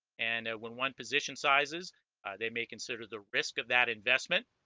and when one position sizes they may consider the risk of that investment